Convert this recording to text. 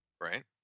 Right